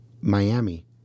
Miami